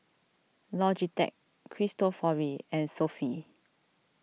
Logitech Cristofori and Sofy